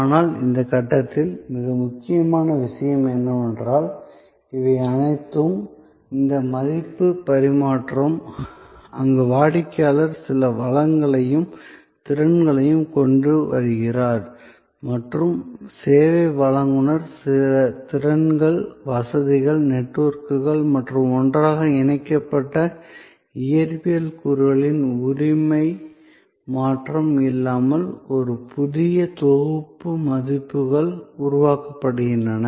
ஆனால் இந்த கட்டத்தில் மிக முக்கியமான விஷயம் என்னவென்றால் இவை அனைத்தும் இந்த மதிப்பு பரிமாற்றம் அங்கு வாடிக்கையாளர் சில வளங்களையும் திறன்களையும் கொண்டுவருகிறார் மற்றும் சேவை வழங்குநர் சில திறன்கள் வசதிகள் நெட்வொர்க்குகள் மற்றும் ஒன்றாக இணைக்கப்பட்ட இயற்பியல் கூறுகளின் உரிமை மாற்றம் இல்லாமல் ஒரு புதிய தொகுப்பு மதிப்புகள் உருவாக்கப்படுகின்றன